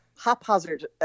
haphazard